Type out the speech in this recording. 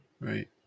Right